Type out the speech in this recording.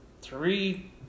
three